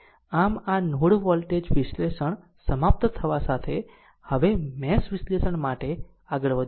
આમ આ node voltage વિશ્લેષણ સમાપ્ત થવા સાથે હવે મેશ વિશ્લેષણ માટે આગળ વધીશું